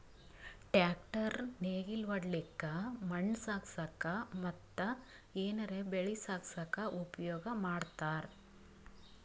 tractor ನೇಗಿಲ್ ಹೊಡ್ಲಿಕ್ಕ್ ಮಣ್ಣ್ ಸಾಗಸಕ್ಕ ಮತ್ತ್ ಏನರೆ ಬೆಳಿ ಸಾಗಸಕ್ಕ್ ಉಪಯೋಗ್ ಮಾಡ್ತಾರ್